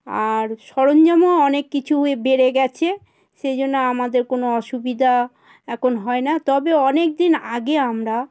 আর সরঞ্জামও অনেক কিছুই বেড়ে গেছে সেই জন্য আমাদের কোনো অসুবিধা এখন হয় না তবে অনেক দিন আগে আমরা